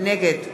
נגד